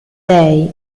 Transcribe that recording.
dei